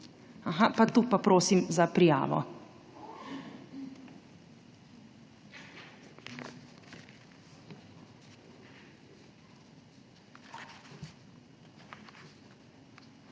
Aha, tu pa prosim za prijavo.